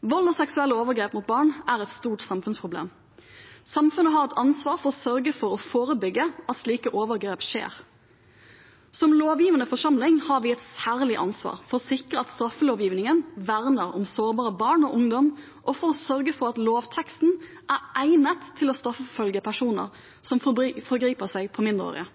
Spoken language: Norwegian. Vold og seksuelle overgrep mot barn er et stort samfunnsproblem. Samfunnet har et ansvar for å sørge for å forebygge at slike overgrep skjer. Som lovgivende forsamling har vi et særlig ansvar for å sikre at straffelovgivningen verner om sårbare barn og ungdommer, og for å sørge for at lovteksten er egnet til å straffeforfølge personer som forgriper seg på mindreårige.